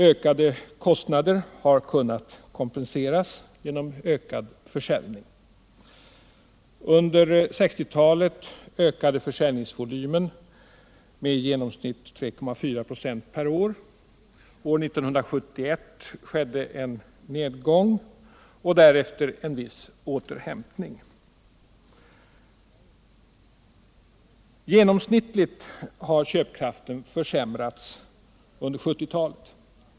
Ökade kostnader har kunnat kompenseras genom ökad försäljning. Under 1960-talet ökade försäljningsvolymen med i genomsnitt 3.4 96 per år. År 1971 skedde en nedgång och därefter en viss återhämtning. Genomsnittligt har köpkraften försämrats under 1970-talet.